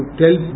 tell